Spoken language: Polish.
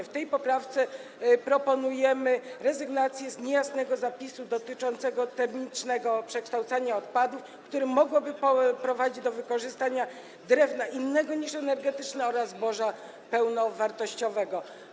W tej poprawce proponujemy rezygnację z niejasnego zapisu dotyczącego termicznego przekształcania odpadów, który mógłby prowadzić do wykorzystania drewna innego niż energetyczne oraz zboża pełnowartościowego.